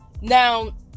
Now